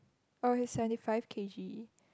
oh he's seventy five K_G